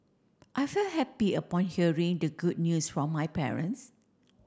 I felt happy upon hearing the good news from my parents